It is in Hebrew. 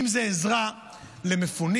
אם זה עזרה למפונים,